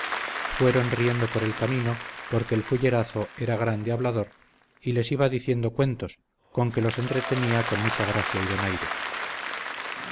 fueron riendo por el camino porque el fullerazo era grande hablador y les iba diciendo cuentos con que los entretenía con mucha gracia y donaire